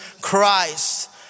Christ